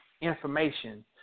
information